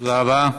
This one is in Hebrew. תודה רבה.